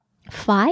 Five